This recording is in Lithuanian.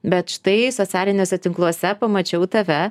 bet štai socialiniuose tinkluose pamačiau tave